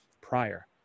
prior